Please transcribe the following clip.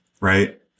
right